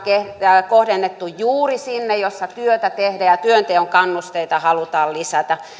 kohdennettu juuri sinne missä työtä tehdään ja työnteon kannusteita halutaan lisätä